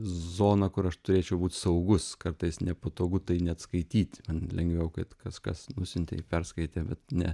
zona kur aš turėčiau būt saugus kartais nepatogu tai net skaityti lengviau kad kas kas nusiuntei perskaitė bet ne